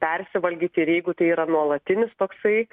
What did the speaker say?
persivalgyti ir jeigu tai yra nuolatinis toksai